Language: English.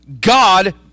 God